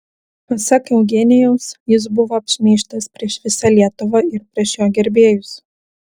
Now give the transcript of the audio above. pasak eugenijaus jis buvo apšmeižtas prieš visą lietuvą ir prieš jo gerbėjus